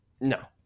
No